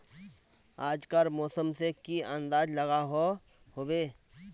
आज कार मौसम से की अंदाज लागोहो होबे?